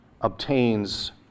obtains